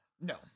No